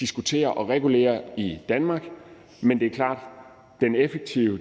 diskutere og regulere i Danmark, men det er klart, at